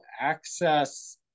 access